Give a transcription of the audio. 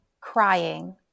crying